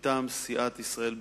מטעם סיעת ישראל ביתנו,